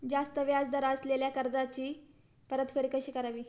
जास्त व्याज दर असलेल्या कर्जाची परतफेड कशी करावी?